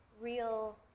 real